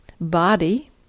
body